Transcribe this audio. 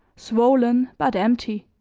swollen but empty.